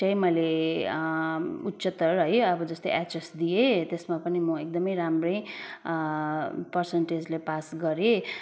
चाहिँ मैले उच्चतर है अब जस्तै एचएस दिएँ त्यसमा पनि म एकदमै राम्रै पर्सन्टेजले पास गरेँ